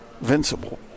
invincible